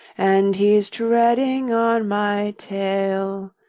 and he's treading on my tail.